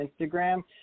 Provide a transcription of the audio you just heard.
Instagram